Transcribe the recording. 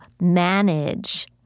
manage